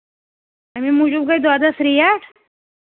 اَمہِ موٗجوٗب گٔے دۄدَس ریٹ